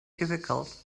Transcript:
difficult